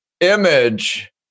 image